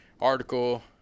article